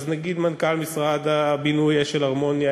אז נגיד מנכ"ל משרד הבינוי אשל ארמוני,